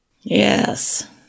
Yes